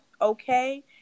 okay